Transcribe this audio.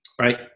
right